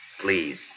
Please